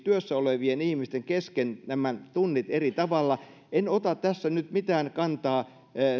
nämä tunnit jakaantuvat työssä olevien ihmisten kesken eri tavalla en ota tässä nyt mitään kantaa